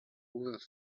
with